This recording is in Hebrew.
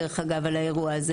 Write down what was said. דרך אגב, על האירוע הזה